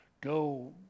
go